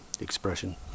expression